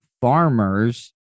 farmers